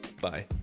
Bye